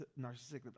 narcissistic